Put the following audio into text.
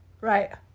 Right